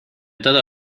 todo